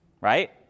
right